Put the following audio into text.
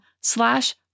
slash